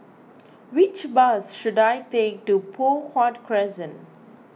which bus should I take to Poh Huat Crescent